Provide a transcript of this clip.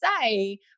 say